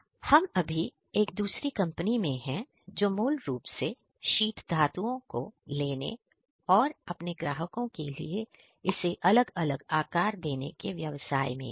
तो हम अभी एक दूसरी कंपनी में है जो मूल रूप से शीट धातुओं को लेने और अपने ग्राहकों के लिए इसे अलग अलग आकार देने के व्यवसाय में है